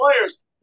players